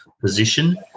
position